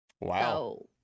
Wow